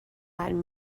latin